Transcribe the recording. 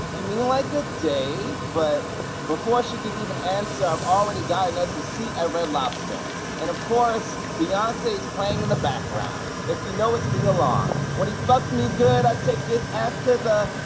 you mean like a date? but before she can even answer i've already gotten us a seat at red lobster and of course beyonce is playing in the background, if you know it sing along when he fucked me good i take take his ass to the,